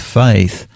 faith